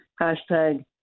Hashtag